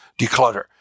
declutter